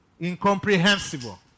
incomprehensible